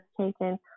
taken